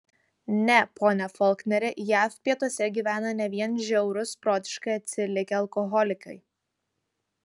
ne pone folkneri jav pietuose gyvena ne vien žiaurūs protiškai atsilikę alkoholikai